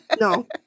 no